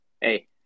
Hey